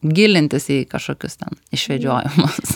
gilintis į kažkokius ten išvedžiojimus